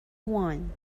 one